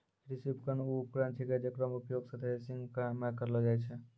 कृषि उपकरण वू उपकरण छिकै जेकरो उपयोग सें थ्रेसरिंग म करलो जाय छै